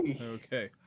Okay